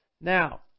Now